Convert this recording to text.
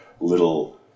little